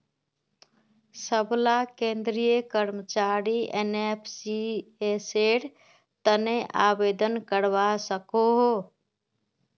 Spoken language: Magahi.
सबला केंद्रीय कर्मचारी एनपीएसेर तने आवेदन करवा सकोह